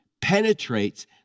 penetrates